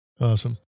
Awesome